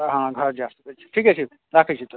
हँ घर जा सकै छी ठीके छी राखै छी तऽ